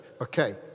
Okay